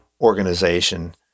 organization